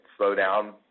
slowdown